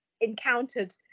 encountered